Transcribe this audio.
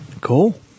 Cool